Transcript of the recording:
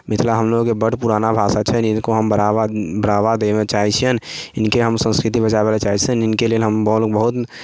मिथिला हमलोगोके बड्ड पुराना भाषा छनि इनको हम बढ़ावा बढ़ावा देबय चाहै छियनि इनके हम संस्कृति बचाबय लेल चाहै छियनि इनके लेल हम बाबा लोग बहुत